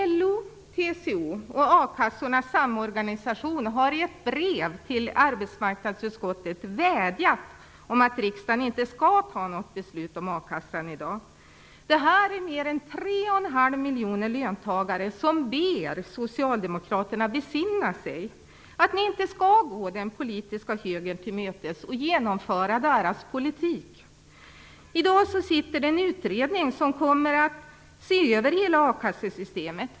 LO, TCO och a-kassornas samorganisation har i ett brev till arbetsmarknadsutskottet vädjat om att riksdagen inte skall fatta något beslut om a-kassan i dag. Det är mer än 3,5 miljoner löntagare som ber socialdemokraterna besinna sig, att ni inte skall gå den politiska högern till mötes och genomföra deras politik. I dag arbetar en utredning som kommer att se över hela a-kassesystemet.